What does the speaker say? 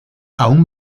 aún